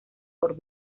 por